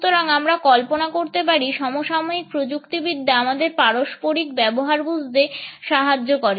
সুতরাং আমরা কল্পনা করতে পারি সমসাময়িক প্রযুক্তিবিদ্যা আমাদের পারস্পরিক ব্যবহার বুঝতে সাহায্য করে